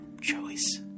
choice